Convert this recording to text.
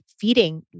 feeding